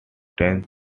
tense